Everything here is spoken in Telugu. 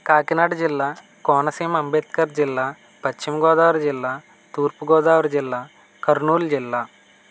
కాకినాడ జిల్లా కోనసీమ అంబేద్కర్ జిల్లా పశ్చిమ గోదావరి జిల్లా తూర్పు గోదావరి జిల్లా కర్నూల్ జిల్లా